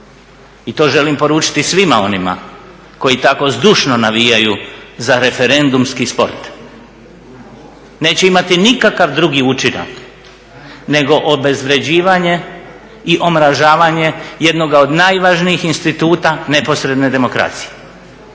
i to želim poručiti svima onima koji tako zdušno navijaju za referendumski sport, neće imati nikakav drugi učinak nego obezvređivanje i omražavanje jednoga od najvažnijih instituta neposredne demokracije.